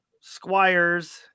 squires